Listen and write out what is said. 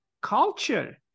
culture